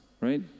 right